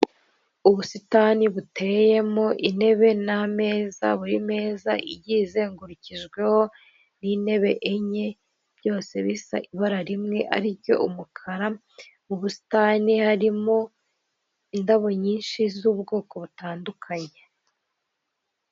Ubusitani buteyemo intebe n'ameza buri meza igiye izengurukijweho n'intebe enye byose bisa ibara rimwe ari ryo umukara mu busitani harimo indabo nyinshi z'ubwoko butandukanye.